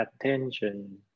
attention